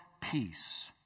peace